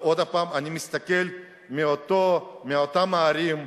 ועוד פעם, אני מסתכל מאותם הערים,